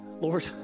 Lord